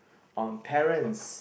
on parents